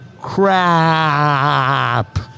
Crap